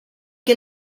que